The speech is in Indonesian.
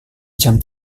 jam